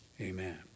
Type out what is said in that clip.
amen